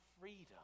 freedom